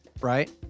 right